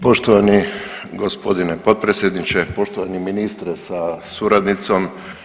Poštovani g. potpredsjedniče, poštovani ministre sa suradnicom.